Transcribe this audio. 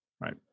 Right